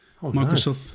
Microsoft